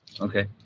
Okay